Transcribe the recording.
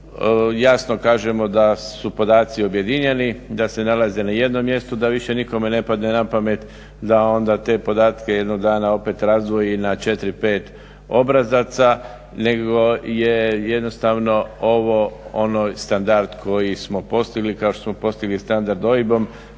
jasno kažemo da su podaci objedinjeni, da se nalaze na jednom mjestu, da više nikome ne padne na pamet da onda te podatke jednog dana opet razdvoji na 4, 5 obrazaca nego je jednostavno ovo ono standard koji smo postigli kao što smo postigli standard OIB-om